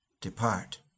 Depart